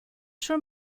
schon